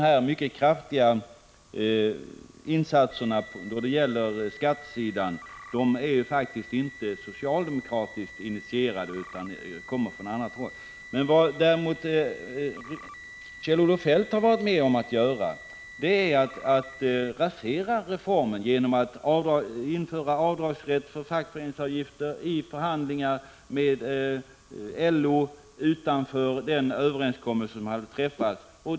De mycket kraftiga insatserna på skattesidan är faktiskt inte initierade från socialdemokratisk håll utan initiativet kommer från annat håll. Kjell-Olof Feldt har däremot varit med om att rasera reformen genom att införa avdragsrätt för fackföreningsavgifter i förhandlingar med LO utanför den överenskommelse som man hade träffat.